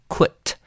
Quit